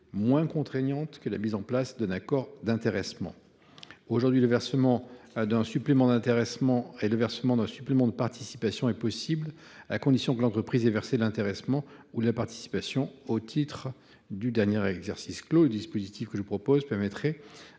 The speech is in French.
moins contraignante que la mise en place d’un accord d’intéressement. Aujourd’hui, le versement d’un supplément d’intéressement et d’un supplément de participation est possible à condition que l’entreprise ait versé de l’intéressement ou de la participation au titre du dernier exercice clos. Le dispositif que je vous propose permettrait